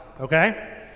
okay